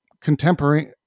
contemporary